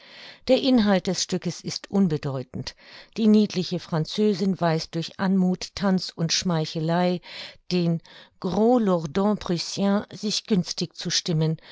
der inhalt des stückes ist unbedeutend die niedliche französin weiß durch anmuth tanz und schmeichelei den gros lourdand prussien sich günstig zu stimmen